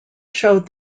showed